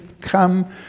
come